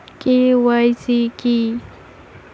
KYC কী?